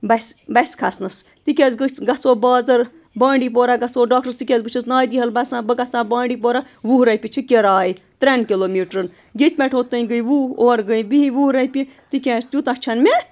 بَسہِ بَسہِ کھَسنَس تِکیٛازِ گٔژھ گژھو بازَر بانٛڈی پورہ گژھو ڈاکٹرس تِکیٛازِ بہٕ چھس نادِحال بَسان بہٕ گژھٕ ہا بانڈی پورہ وُہ رۄپیہِ چھِ کِراے ترٛٮ۪ن کِلوٗ میٖٹرَن ییٚتہِ پٮ۪ٹھ اوتام گٔے وُہ اورٕ گٔے بیٚیہِ وُہ رۄپیہِ تِکیٛازِ تیوٗتاہ چھَنہٕ مےٚ